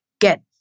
get